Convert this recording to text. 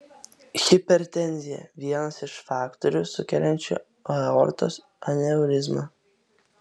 hipertenzija vienas iš faktorių sukeliančių aortos aneurizmą